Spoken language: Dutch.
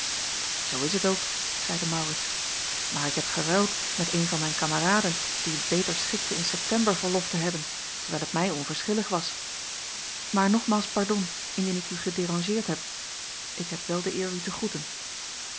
zoo is t ook zeide maurits maar ik heb geruild met een van mijn kameraden dien t beter schikte in september verlof te hebben terwijl t mij onverschillig was maar nogmaals pardon indien ik u gederangeerd heb ik heb wel de eer u te groeten